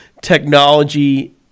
technology